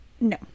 no